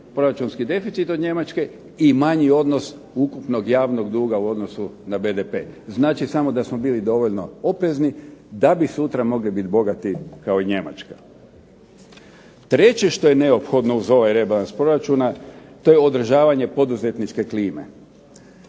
proračunski deficit od Njemačke i manji odnos ukupnog javnog duga u odnosu na BDP. Znači samo da smo bili dovoljno oprezni da bi sutra mogli biti bogati kao i Njemačka. Treće što je neophodno uz ovaj rebalans proračuna to je održavanje poduzetničke klime.